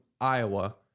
Iowa